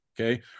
Okay